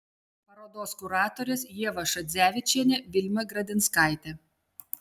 parodos kuratorės ieva šadzevičienė vilma gradinskaitė